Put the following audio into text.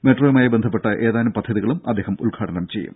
മെട്രോയുമായി ബന്ധപ്പെട്ട ഏതാനും പദ്ധതികളും അദ്ദേഹം ഉദ്ഘാടനം ചെയ്യും